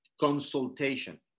consultation